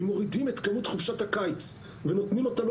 אם מורידים את כמות חופשת הקיץ ונותנים אותה לא